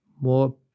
more